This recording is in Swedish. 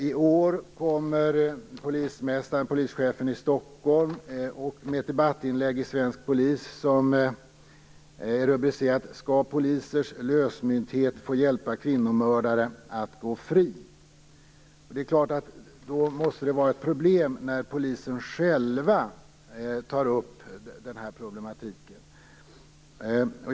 I år kommer polischefen i Stockholm med ett debattinlägg i Svensk Polis som är rubricerat: Skall polisers lösmynthet få hjälpa kvinnomördare att gå fri? Då måste det vara ett problem när poliser själva tar upp den här problematiken.